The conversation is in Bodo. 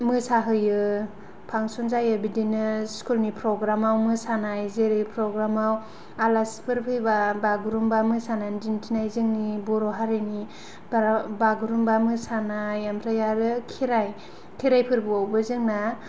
मोसाहोयो फांशन जायो बिदिनो स्कुलनि प्र'ग्रामाव मोसानाय जेरै प्र'ग्रामाव आलासिफोर फैबा बागुरुमबा मोसानानै दिन्थिनाय जोंनि बर' हारिनि बागुरुमबा मोसानाय ओमफ्राय आरो खेराइ खेराइ फोरबोआवबो जोंना